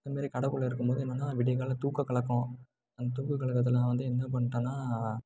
அதே மாதிரி கடைக்குள்ள இருக்கும் போது என்னென்னா விடியக்காலைல தூக்க கலக்கம் அந்த தூக்க கலக்கத்தில் நான் வந்து என்ன பண்ணிட்டேன்னா